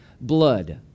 blood